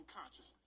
consciousness